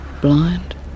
blind